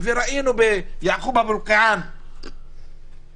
וראינו בפרשת יעקוב אבו אלקיעאן.